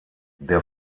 der